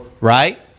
Right